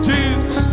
Jesus